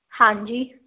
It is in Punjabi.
ਹਾਂਜੀ